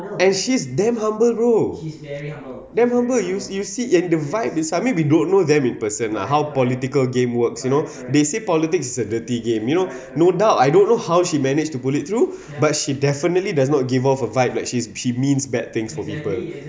and she's damn humble bro damn humble you you see and the vibe is I mean we don't know them in person lah how political game works you know they say politics is a dirty game you know no doubt I don't know how she managed to pull it through but she definitely does not give off a vibe like she's means bad things for people